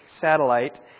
satellite